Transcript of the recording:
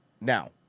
Now